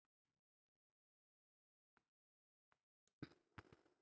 कृषि काम में बेहतर परिणाम पावे लगी उन्नत बीज के चयन करल जा हई